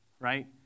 right